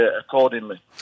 accordingly